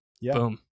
Boom